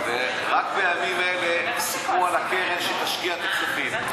רק בימים אלה סיכמו על הקרן שתשקיע את הכספים.